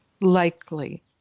likely